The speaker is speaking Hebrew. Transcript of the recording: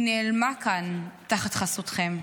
היא נעלמה כאן תחת חסותכם.